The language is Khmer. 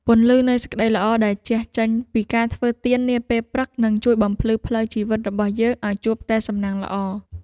ពន្លឺនៃសេចក្ដីល្អដែលជះចេញពីការធ្វើទាននាពេលព្រឹកនឹងជួយបំភ្លឺផ្លូវជីវិតរបស់យើងឱ្យជួបតែសំណាងល្អ។